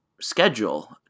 schedule